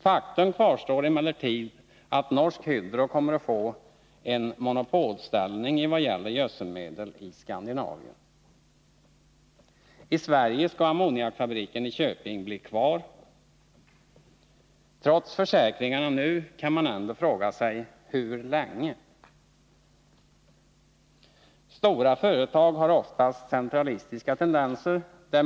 Faktum kvarstår emellertid att Norsk Hydro kommer att få en monopolställning i vad gäller gödselmedel i Skandinavien. I Sverige skall ammoniakfabriken i Köping bli kvar. Trots försäkringar härom kan man fråga sig: Hur länge? Stora företag har oftast centralistiska tendenser.